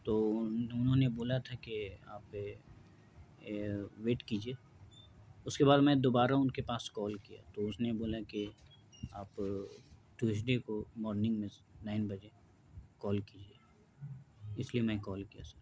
تو انہوں نے بولا تھا کہ آپ ویٹ کیجیے اس کے بعد میں دوبارہ ان کے پاس کال کیا تو اس نے بولا کہ آپ ٹیوزڈے کو مارننگ میں نائن بجے کال کیجیے اس لیے میں کال کیا سر